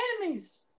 enemies